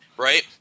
Right